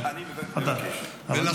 אבל חדל.